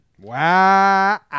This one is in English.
Wow